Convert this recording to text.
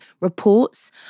reports